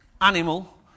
animal